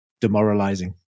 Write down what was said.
demoralizing